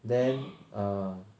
then err